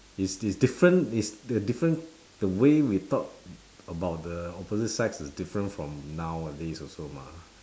it's the different it's the different the way we talk about the opposite sex is different from nowadays also mah